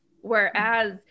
whereas